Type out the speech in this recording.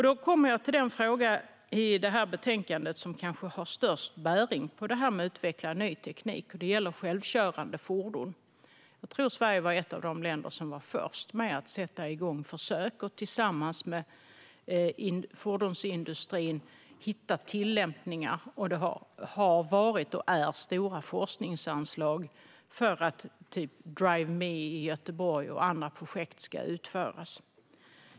Det för mig in på den fråga i betänkandet som kanske har störst bäring på att utveckla ny teknik, nämligen självkörande fordon. Jag tror att Sverige var ett av de länder som var först med att sätta igång försök att tillsammans med fordonsindustrin hitta tillämpningar. Det har funnits och finns stora forskningsanslag för att till exempel Drive Me i Göteborg och andra projekt ska utföras.